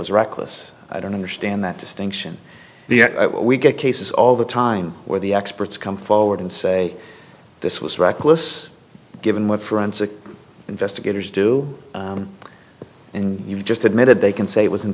was reckless i don't understand that distinction the we get cases all the time where the experts come forward and say this was reckless given what forensic investigators do when you just admitted they can say it was